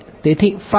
તેથી તે છે